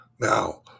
Now